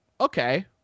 okay